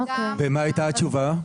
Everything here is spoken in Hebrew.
ומה הייתה התשובה?